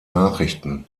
nachrichten